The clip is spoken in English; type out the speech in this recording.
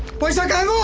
boys aren't going